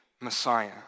Messiah